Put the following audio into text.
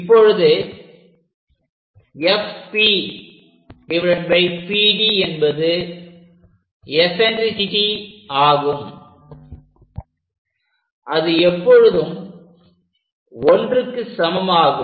இப்பொழுது FP PD என்பது eccentricity ஆகும் அது எப்பொழுதும் 1க்கு சமமாகும்